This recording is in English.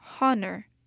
honor